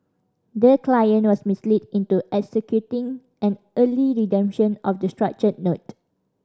the client was misled into executing an early redemption of the structured note